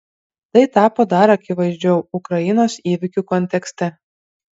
tai tapo dar akivaizdžiau ukrainos įvykių kontekste